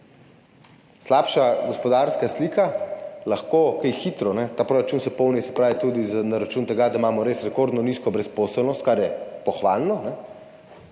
Slabša gospodarska slika lahko kaj hitro [povzroči tudi to] – ta proračun se polni tudi na račun tega, da imamo res rekordno nizko brezposelnost, kar je pohvalno,